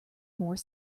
more